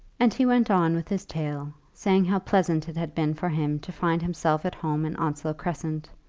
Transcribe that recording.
and he went on with his tale, saying how pleasant it had been for him to find himself at home in onslow crescent,